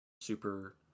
Super